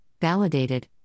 validated